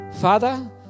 Father